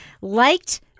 liked